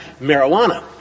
marijuana